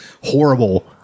horrible